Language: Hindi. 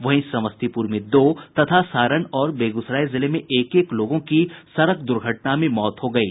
वहीं समस्तीपुर में दो तथा सारण और बेगूसराय जिले में एक एक लोगों की सड़क दुर्घटना में मौत हो गयी